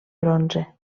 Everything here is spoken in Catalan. bronze